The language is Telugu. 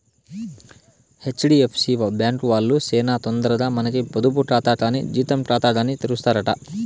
హెచ్.డి.ఎఫ్.సి బ్యాంకు వాల్లు సేనా తొందరగా మనకి పొదుపు కాతా కానీ జీతం కాతాగాని తెరుస్తారట